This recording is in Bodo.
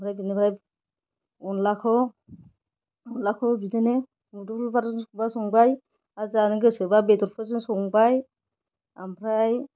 ओमफ्राय बिनिफ्राय अनलाखौ बिदिनो मोदोमफुल बिबारजों संबाय आरो जानो गोसोबा बेद'रफोरजों संबाय ओमफ्राय